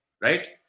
Right